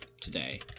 today